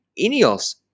Ineos